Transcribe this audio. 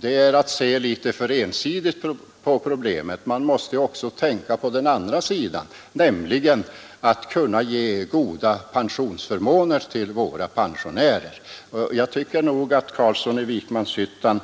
Det vore att se litet för ensidigt på problemet. Man måste också tänka på att ge goda pensionsförmåner åt våra pensionärer. Jag tycker nog att herr Carlsson i Vikmanshyttan